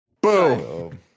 Boom